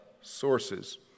sources